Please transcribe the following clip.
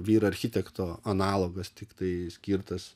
vyrarchitekto analogas tiktai skirtas